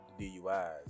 DUIs